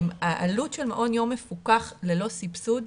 העלות של מעון יום מפוקח ללא סבסוד,